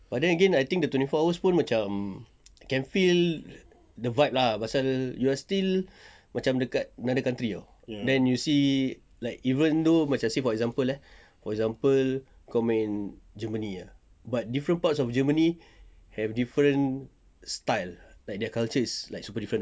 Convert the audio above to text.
but then again I think the twenty four hours pun macam can feel the vibe lah pasal you are still macam dekat another country orh then you see like even though macam say for example eh for example kau main germany ah but different parts of germany have different style like that culture is like super different ah